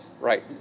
Right